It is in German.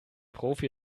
profi